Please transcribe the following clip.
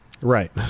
right